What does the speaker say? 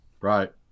Right